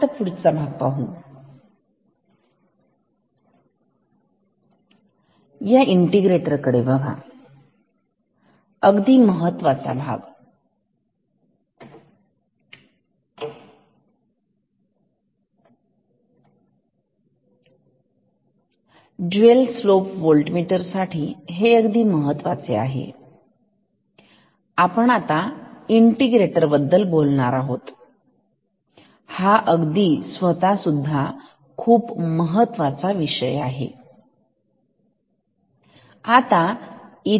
आता पुढची भाग बघू या इंटिग्रेटेर कडे बघा अगदी महत्त्वाची बाब आहे डुएल स्लोप व्होल्टमीटर साठी हे अत्यंत महत्त्वाचे आहे आपण आता इंटिग्रेटेर बद्दल आणि हा अगदी स्वतः सुद्धा खूप महत्वाचा विषय आहे